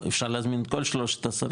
אפשר להזמין לפה את כל שלושת השרים,